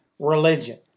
religion